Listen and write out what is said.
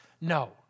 No